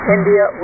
India